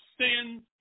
sin's